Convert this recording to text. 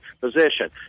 position